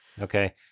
Okay